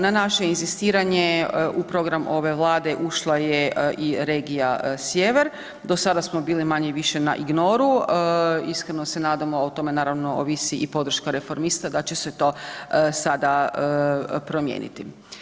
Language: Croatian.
Na naše inzistiranje u program ove Vlade ušla je regija Sjever, do sada smo bili manje-više na ignoru, iskreno se nadamo, a o tome ovisi i podrška Reformista da će se to sada promijeniti.